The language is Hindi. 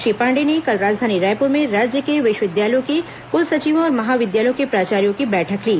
श्री पांडेय ने कल राजधानी रायपुर में राज्य के विश्वविद्यालयों के कुल सचिवों और महाविद्यालयों के प्राचार्यो की बैठक ली